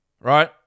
right